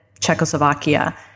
Czechoslovakia